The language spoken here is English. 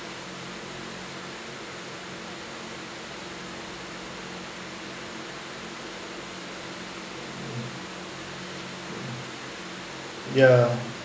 yeah